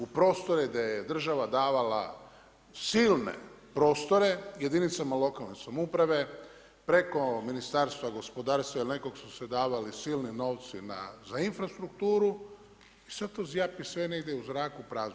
U prostore gdje je država davala silne prostore jedinicama lokalne samouprave, preko Ministarstva gospodarstva ili nekog su se davali silini novci za infrastrukturu i sada to zjapi sve negdje u zraku prazno.